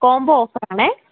combo ഓഫറാണെ